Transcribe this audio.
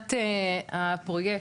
מבחינת הפרויקט,